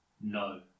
no